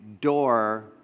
door